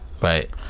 right